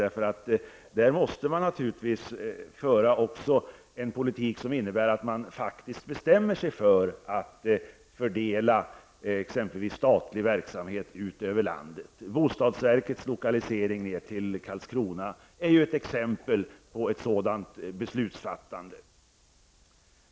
Man måste naturligtvis föra en politik som innebär att man faktiskt bestämmer sig för att fördela exempelvis statlig verksamhet ut över landet. Bostadsverkets lokalisering till Karlskrona är ett exempel på ett sådant beslutsfattande.